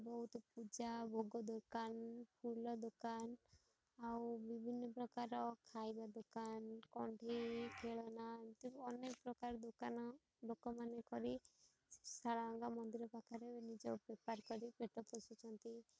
ବହୁତ ପୂଜା ଭୋଗ ଦୋକାନ ଫୁଲ ଦୋକାନ ଆଉ ବିଭିନ୍ନ ପ୍ରକାର ଖାଇବା ଦୋକାନ କଣ୍ଢେଇ ଖେଳନା ଏମିତି ଅନେକ ପ୍ରକାର ଦୋକାନ ଲୋକମାନେ କରି ଶାରଳା ମନ୍ଦିର ପାଖରେ ନିଜ ବେପାର କରି ପେଟ ପୋଷୁଛନ୍ତି